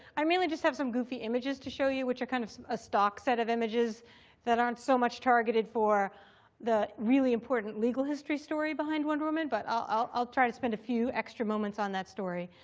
i mainly just have some goofy images to show you, which are kind of a stock set of images that aren't so much targeted for the really important legal history story behind wonder woman, but i'll try to spend a few extra moments on that story.